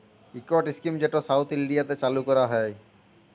ইকট ইস্কিম যেট সাউথ ইলডিয়াতে চালু ক্যরা হ্যয়